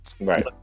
Right